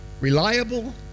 reliable